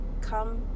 come